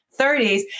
30s